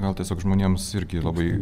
gal tiesiog žmonėms irgi labai